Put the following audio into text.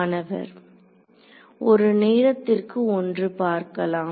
மாணவர் ஒரு நேரத்திற்கு ஒன்று பார்க்கலாம்